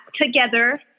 together